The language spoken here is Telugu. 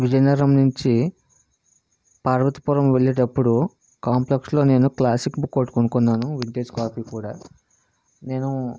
విజయనగరం నుంచి పార్వతిపురం వెళ్ళేటప్పుడు కాంప్లెక్స్లో నేను క్లాసిక్ బుక్ ఒకటి కొనుక్కున్నాను వింటేజ్ కాపీ కూడా నేను